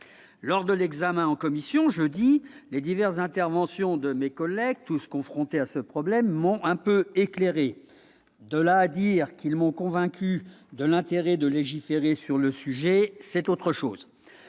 Lors de l'examen en commission jeudi, les diverses interventions de mes collègues, tous confrontés à ce problème, m'ont un peu éclairé. Mais je n'irai pas jusqu'à dire qu'elles m'ont convaincu de l'intérêt de légiférer sur le sujet. Le maire est